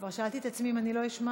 כבר שאלתי את עצמי אם אני לא אשמע